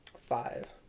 Five